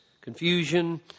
confusion